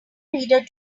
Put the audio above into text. reader